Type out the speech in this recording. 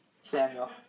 Samuel